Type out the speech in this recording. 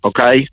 okay